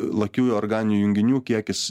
lakiųjų organinių junginių kiekis